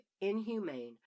inhumane